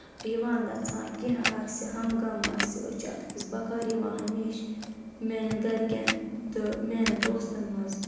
یِوان گژھان کینٛہہ آسہِ ہَم غم آسہِ أسۍ چھِ اَکھ أکِس بَکار یِوان ہمیشہِ میانؠن گَرِکؠن تہٕ میانؠن دوستَن منٛز